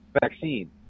vaccine